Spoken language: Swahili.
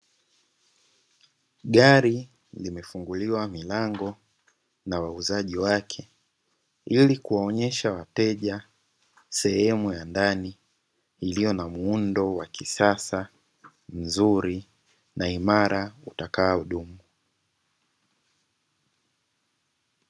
Gari limefunguliwa milango na wauzaji wake, ili kuwaonyesha wateja sehemu ya ndani iliyo na muundo wa kisasa, mzuri na imara utakao dumu.